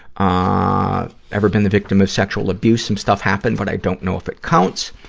ah ever been the victim of sexual abuse? some stuff happened, but i don't know if it counts.